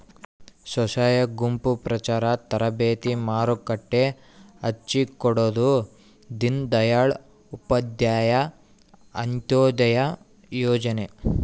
ಸ್ವಸಹಾಯ ಗುಂಪು ಪ್ರಚಾರ ತರಬೇತಿ ಮಾರುಕಟ್ಟೆ ಹಚ್ಛಿಕೊಡೊದು ದೀನ್ ದಯಾಳ್ ಉಪಾಧ್ಯಾಯ ಅಂತ್ಯೋದಯ ಯೋಜನೆ